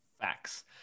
Facts